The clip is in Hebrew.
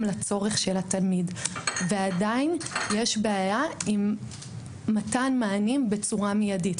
לצורך של התלמיד ועדיין יש בעיה עם מתן מענים בצורה מידית.